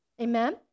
Amen